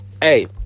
hey